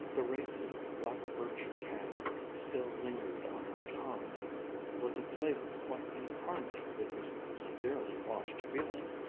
the racy, black-birch tang still lingering on her tongue was a flavor quite in harmony with this severely washed feeling.